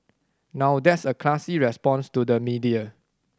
now that's a classy response to the media